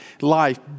life